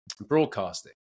broadcasting